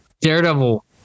daredevil